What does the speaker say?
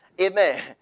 Amen